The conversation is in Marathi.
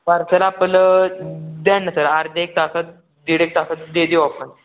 पार्सल आपलं द्या ना सर आर्धे एक तासात दीड एक तासात दे देऊ आपण